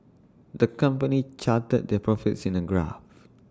the company charted their profits in A graph